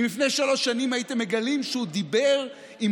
אם לפני שלוש שנים הייתם מגלים שהוא דיבר עם